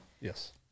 Yes